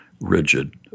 rigid